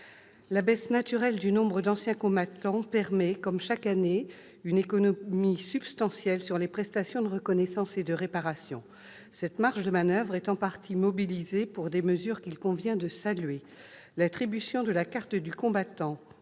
La baisse naturelle du nombre d'anciens combattants permet, comme chaque année, une économie substantielle sur les prestations de reconnaissance et de réparation. Cette marge de manoeuvre est en partie mobilisée pour des mesures qu'il convient de saluer. L'attribution de la carte du combattant